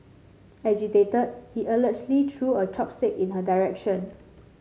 agitated he allegedly threw a chopstick in her direction